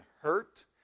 hurt